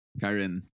Karen